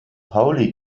pauli